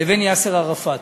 לבין יאסר ערפאת.